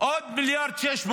עוד 1.6 מיליארד